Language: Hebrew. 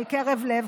מקרב לב,